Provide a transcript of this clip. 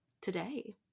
today